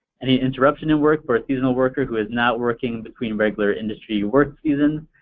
any interruption in work for a seasonal worker who is not working between regular industry work seasons,